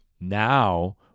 Now –